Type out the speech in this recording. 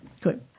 good